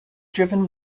driven